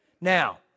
Now